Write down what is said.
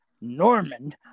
Norman